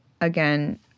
again